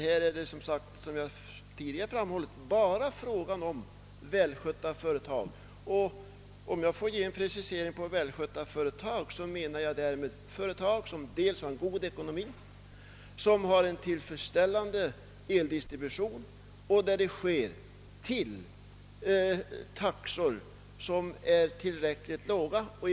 Här är det som jag tidigare framhållit bara fråga om välskötta företag och med sådana menar jag företag som har en god ekonomi och en tillfredsställande eldistribution med tillräckligt låga taxor.